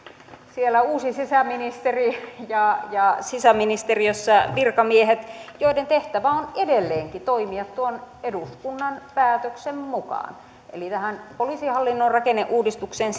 siellä uusi sisäministeri ja ja sisäministeriös sä virkamiehet joiden tehtävä on edelleenkin toimia tuon eduskunnan päätöksen mukaan eli tähän poliisihallinnon rakenneuudistukseen